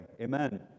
amen